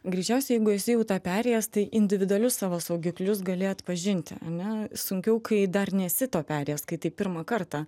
greičiausiai jeigu esi jau tą perėjęs tai individualius savo saugiklius gali atpažinti ane sunkiau kai dar nesi to perėjęs kai tai pirmą kartą